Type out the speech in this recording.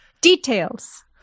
Details